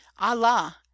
allah